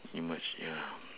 they merge ya